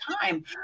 time